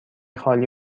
خالی